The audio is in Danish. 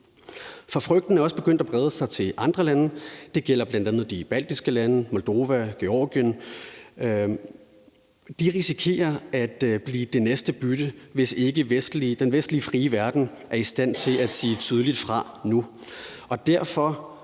For frygten er også begyndt at brede sig til andre lande. Det gælder bl.a. de baltiske lande, Moldova og Georgien. De risikerer at blive det næste bytte, hvis ikke den vestlige frie verden er i stand til at sige tydeligt fra nu.